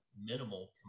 minimal